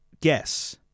guess